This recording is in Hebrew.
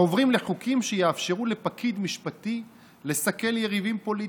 עוברים לחוקים שיאפשרו לפקיד משפטי לסכל יריבים פוליטיים.